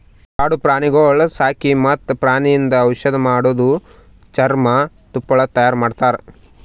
ಕಾಡು ಪ್ರಾಣಿಗೊಳ್ ಸಾಕಿ ಮತ್ತ್ ಪ್ರಾಣಿಯಿಂದ್ ಔಷಧ್ ಮಾಡದು, ಚರ್ಮ, ತುಪ್ಪಳ ತೈಯಾರಿ ಮಾಡ್ತಾರ